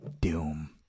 Doom